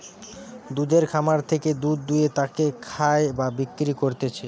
দুধের খামার থেকে দুধ দুয়ে তাকে খায় বা বিক্রি করতিছে